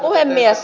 puhemies